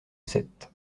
sept